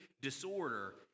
disorder